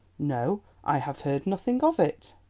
no, i have heard nothing of it.